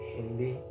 Hindi